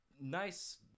nice –